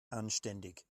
anständig